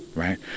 right?